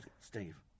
Steve